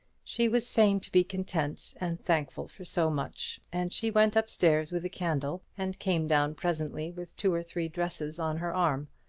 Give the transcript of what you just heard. she was fain to be content and thankful for so much and she went up-stairs with a candle, and came down presently with two or three dresses on her arm.